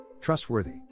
Trustworthy